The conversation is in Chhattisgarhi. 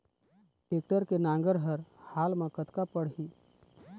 टेक्टर के नांगर हर हाल मा कतका पड़िही?